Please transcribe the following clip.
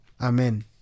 amen